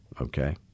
okay